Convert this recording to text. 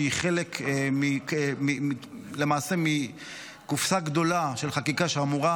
שהיא חלק מקופסה גדולה של חקיקה שאמורה